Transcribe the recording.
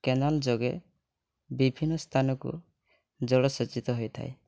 canal ଯୋଗେ ବିଭିନ୍ନ ସ୍ଥାନକୁ ଜଳସେଚିତ ହୋଇଥାଏ